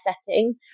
setting